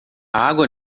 água